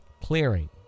clearing